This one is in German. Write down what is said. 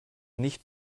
nicht